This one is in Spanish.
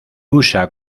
usa